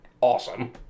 awesome